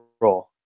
role